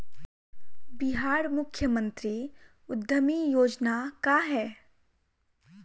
बिहार मुख्यमंत्री उद्यमी योजना का है?